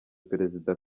perezida